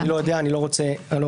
אני לא יודע ואני לא רוצה לומר.